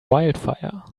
wildfire